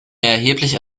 erheblich